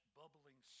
bubbling